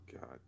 God